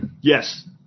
Yes